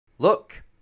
Look